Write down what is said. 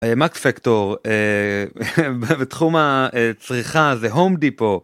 מקס פקטור בתחום הצריכה זה הום דיפו.